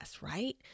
right